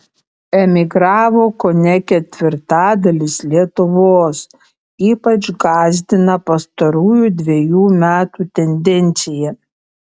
emigravo kone ketvirtadalis lietuvos ypač gąsdina pastarųjų dvejų metų tendencija